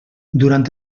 durant